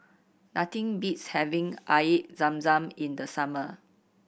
nothing beats having Air Zam Zam in the summer